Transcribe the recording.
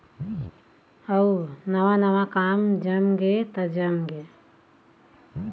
अउ नवा नवा काम जमगे त जमगे